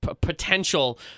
potential